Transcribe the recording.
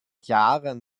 jahren